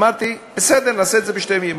אמרתי: בסדר, נעשה את זה בשתי פעימות.